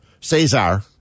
Cesar